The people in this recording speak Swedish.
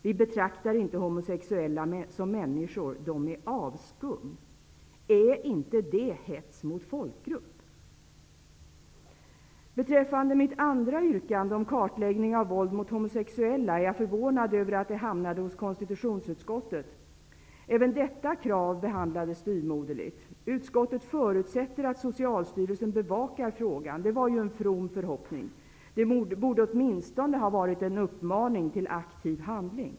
Vi betraktar inte homosexuella som människor. De är avskum.'' Är inte det hets mot folkgrupp? Beträffande mitt andra yrkande om kartläggning av våld mot homosexuella är jag förvånad över att det hamnade hos konstitutionsutskottet. Även detta krav behandlades styvmoderligt. Utskottet förutsätter att Socialstyrelsen bevakar frågan. Det var ju en from förhoppning. Det borde åtminstone ha varit en uppmaning till aktiv handling.